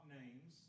names